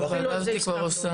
אפילו על זה הסכמנו.